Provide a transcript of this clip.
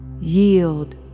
Yield